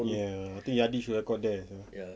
ya I think yadi should record there sia